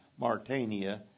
Martania